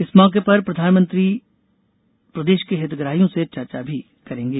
इस मौके पर प्रधानमंत्री प्रदेश के हितग्राहियों से चर्चा भी करेंगे